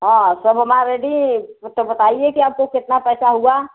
हाँ सब हमार रेडी तो बताइए कि आपको कितना पैसा हुआ